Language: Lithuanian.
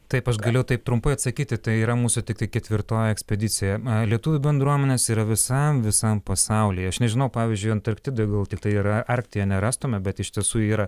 taip aš galiu taip trumpai atsakyti tai yra mūsų tiktai ketvirtoji ekspedicija lietuvių bendruomenės yra visam visam pasaulyje aš nežinau pavyzdžiui antarktidoj gal tiktai yra arktyje nerastume bet iš tiesų yra